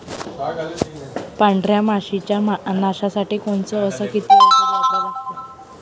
पांढऱ्या माशी च्या नाशा साठी कोनचं अस किती औषध वापरा लागते?